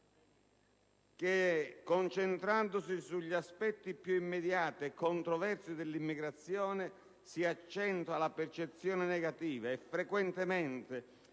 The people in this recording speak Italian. che, concentrandosi sugli aspetti più immediati e controversi dell'immigrazione, si accentua la percezione negativa e frequentemente